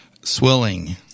swelling